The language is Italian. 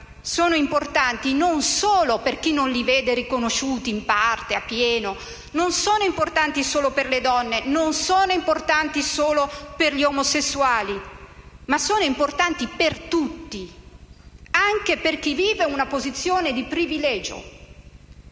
sono importanti non solo per chi non li vede riconosciuti in parte o appieno, non sono importanti solo per le donne o solo per gli omosessuali, ma sono importanti per tutti, anche per chi vive una posizione di privilegio.